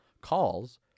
calls